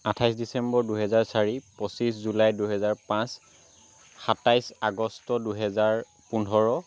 আঠাইছ ডিছেম্বৰ দুহেজাৰ চাৰি পঁচিছ জুলাই দুহেজাৰ পাঁচ সাতাইছ আগষ্ট দুহেজাৰ পোন্ধৰ